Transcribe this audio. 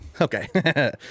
Okay